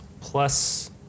plus